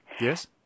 Yes